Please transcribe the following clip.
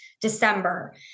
December